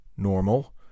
normal